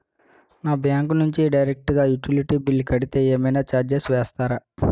నా బ్యాంక్ నుంచి డైరెక్ట్ గా యుటిలిటీ బిల్ కడితే ఏమైనా చార్జెస్ వేస్తారా?